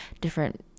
different